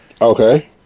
Okay